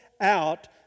out